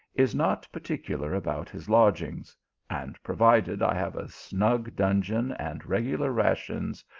is not particular about his lodg ings and provided i have a snug dungeon and regu lar rations,